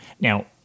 Now